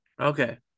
Okay